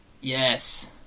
Yes